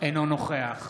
אינו נוכח